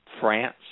France